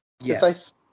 Yes